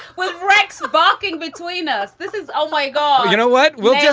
what rex bocking between us this is. oh my god you know what. we'll get.